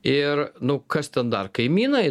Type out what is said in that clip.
ir nu kas ten dar kaimynai